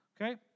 okay